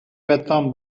بتوان